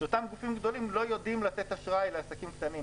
שאותם גופים גדולים לא יודעים לתת אשראי לעסקים קטנים,